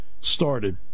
started